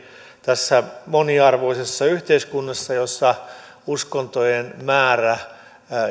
tässä moniarvoisessa yhteiskunnassa jossa uskontojen määrä ja